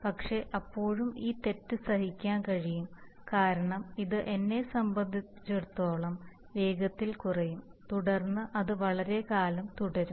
പക്ഷേ അപ്പോഴും ഈ തെറ്റ് സഹിക്കാൻ കഴിയും കാരണം ഇത് എന്നെ സംബന്ധിച്ചിടത്തോളം വേഗത്തിൽ കുറയും തുടർന്ന് അത് വളരെക്കാലം തുടരും